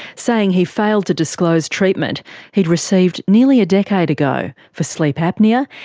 saying he failed to disclose treatment he'd received nearly a decade ago, for sleep apnoea,